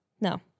No